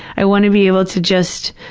i want to be able to just